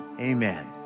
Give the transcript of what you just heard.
Amen